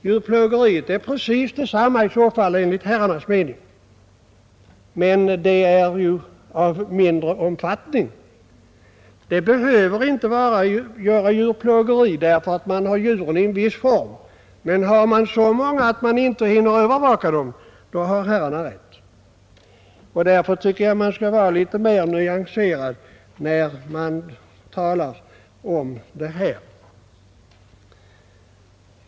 Djurplågeriet är i så fall precis detsamma enligt herrarnas mening. Det behöver inte utgöra djurplågeri därför att man har djurhållningen i en viss form. Men har man så många djur att man inte hinner övervaka dem, då har herrarna rätt. Därför tycker jag att man skall vara litet mer nyanserad när man talar om detta.